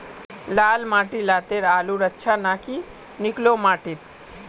लाल माटी लात्तिर आलूर अच्छा ना की निकलो माटी त?